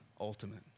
Ultimate